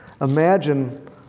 Imagine